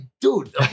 dude